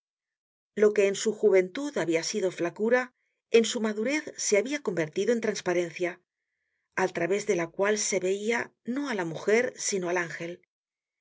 lo que en su juventud habia sido flacura en su madurez se habia convertido en trasparencia al través de la cual se veia no á la mujer sino al ángel